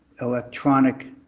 electronic